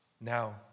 Now